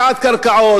לא רוצים להסתבך,